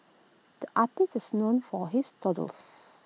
the artist is known for his doodles